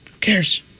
cares